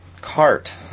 cart